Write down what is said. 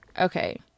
Okay